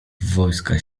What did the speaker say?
wojska